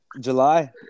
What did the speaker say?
July –